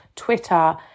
twitter